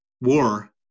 war